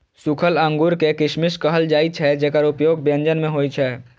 सूखल अंगूर कें किशमिश कहल जाइ छै, जेकर उपयोग व्यंजन मे होइ छै